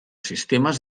sistemes